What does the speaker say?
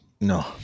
no